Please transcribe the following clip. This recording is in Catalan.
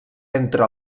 entre